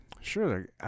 Sure